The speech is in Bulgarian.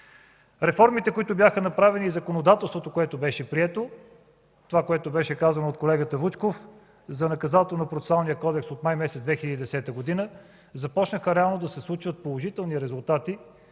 Реформите, които бяха направени, и законодателството, което беше прието, това, което беше казано от колегата Вучков за Наказателнопроцесуалния кодекс, от май месец 2010 г. започнаха реално да се случват положителни резултати,